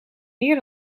meer